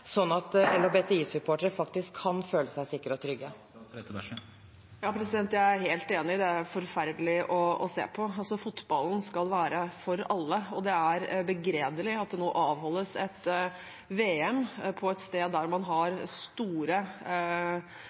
at LHBTI-supportere faktisk kan føle seg sikre og trygge. Jeg er helt enig, det er forferdelig å se på. Fotballen skal være for alle, og det er begredelig at det nå avholdes et VM på et sted der man har store